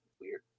weird